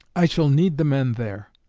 i shall need the men there,